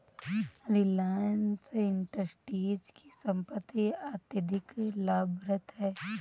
रिलायंस इंडस्ट्रीज की संपत्ति अत्यधिक लाभप्रद है